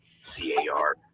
C-A-R